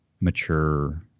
mature